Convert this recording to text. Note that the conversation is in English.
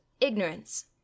ignorance